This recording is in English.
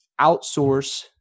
outsource